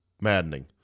maddening